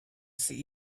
see